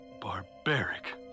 Barbaric